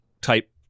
type